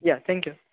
या थँक्यू